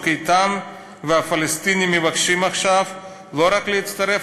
איתן" והפלסטינים מבקשים עכשיו לא רק להצטרף